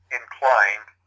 inclined